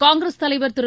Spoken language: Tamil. காங்கிரஸ் தலைவர் திரு